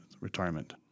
retirement